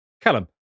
Callum